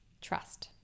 trust